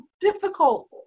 difficult